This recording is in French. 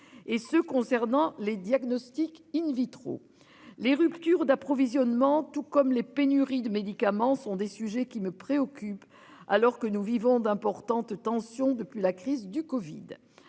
et ceux concernant les diagnostics in vitro, les ruptures d'approvisionnement, tout comme les pénuries de médicaments sont des sujets qui me préoccupe alors que nous vivons d'importantes tensions depuis la crise du Covid.